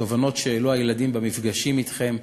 התובנות שהעלו הילדים במפגשים אתכם,